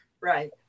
right